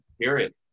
period